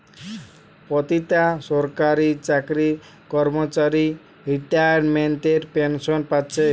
পোতিটা সরকারি চাকরির কর্মচারী রিতাইমেন্টের পেনশেন পাচ্ছে